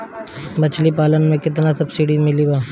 मछली पालन मे केतना सबसिडी बा?